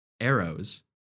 arrows